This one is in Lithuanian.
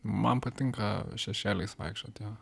man patinka šešėliais vaikščioti